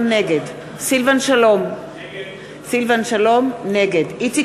נגד סילבן שלום, נגד איציק